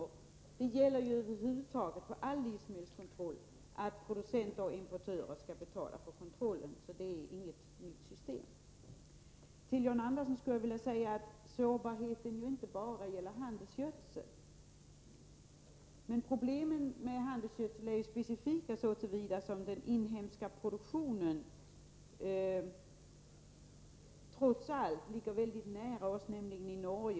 All livsmedelskontroll över huvud taget skall betalas av producenter och importörer, så detta är inget nytt system. Till John Andersson skulle jag vilja säga att sårbarheten inte bara gäller handelsgödsel. Problemen med handelsgödsel är emellertid specifika så till vida som produktionen trots allt ligger väldigt nära oss, nämligen i Norge.